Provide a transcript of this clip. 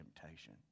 temptation